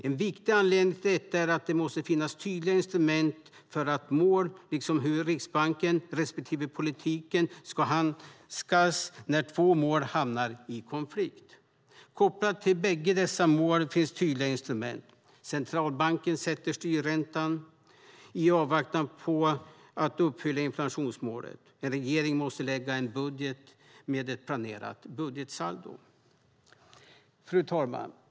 En viktig anledning till detta är att det måste finnas tydliga instrument för mål, liksom för hur Riksbanken respektive politiken ska handskas när två mål hamnar i konflikt. Kopplat till bägge dessa mål finns tydliga instrument: centralbanken sätter styrräntan i avvaktan på att uppfylla inflationsmålet, och en regering måste lägga en budget med ett planerat budgetsaldo. Fru talman!